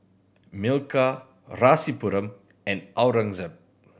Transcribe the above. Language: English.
Milkha Rasipuram and Aurangzeb